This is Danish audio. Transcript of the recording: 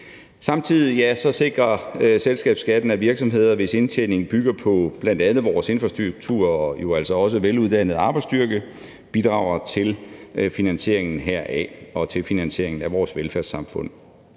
Samtidig sikrer selskabsskatten, at virksomheder, hvis indtjening bygger på bl.a. vores infrastruktur og jo altså også vores veluddannede arbejdsstyrke, bidrager til finansieringen heraf og til finansieringen af vores velfærdssamfund.